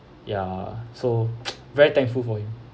ya so very thankful for him